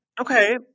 Okay